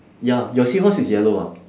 ya your seahorse is yellow ah